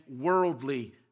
worldly